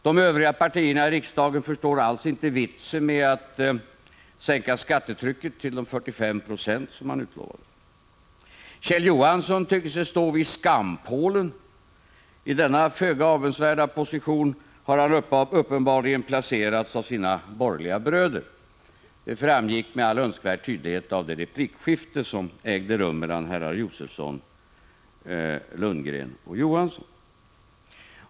De övriga partierna i riksdagen förstår inte alls vitsen med att sänka skattetrycket till de 45 96 som han utlovade. Kjell Johansson tyckte sig stå vid skampålen. I denna föga avundsvärda position har han uppenbarligen placerats av sina borgerliga bröder — det framgick med all önskvärd tydlighet av det replikskifte som ägde rum mellan herrar Josefson, Lundgren och Johansson.